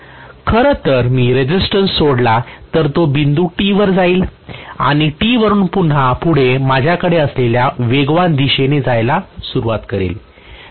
खरं तर मी रेसिस्टन्स सोडला तर तो बिंदू T वर जाईल आणि T वरुन पुन्हा पुढे माझ्याकडे असलेल्या वेगवान दिशेने जायला सुरवात करेल